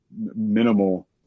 minimal